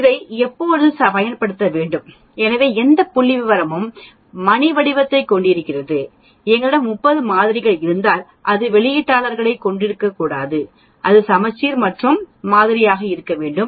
இதை எப்போது பயன்படுத்த வேண்டும் எனவே எந்த புள்ளிவிவரமும் மணி வடிவத்தைக் கொண்டிருக்கிறது எங்களிடம் 30 மாதிரிகள் இருந்தால் அது வெளியீட்டாளர்களைக் கொண்டிருக்கக்கூடாது அது சமச்சீர் மற்றும் ஒரே மாதிரியாக இருக்க வேண்டும்